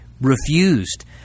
refused